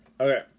Okay